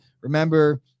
Remember